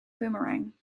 boomerang